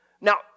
Now